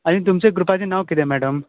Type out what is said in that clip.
आनी तुमचे ग्रुपाचें नांव कितें मॅडम